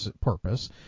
purpose